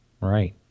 Right